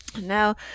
Now